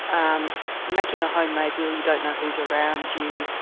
um making a home-made will, you don't know who is around you,